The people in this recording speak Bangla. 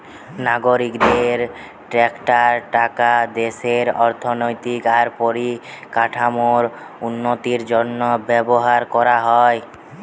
নাগরিকদের ট্যাক্সের টাকা দেশের অর্থনৈতিক আর পরিকাঠামোর উন্নতির জন্য ব্যবহার কোরা হয়